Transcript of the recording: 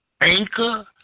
Anchor